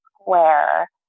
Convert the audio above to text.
square